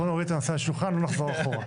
יש אנשים שקבועים על פי מה שנקרא בחוק.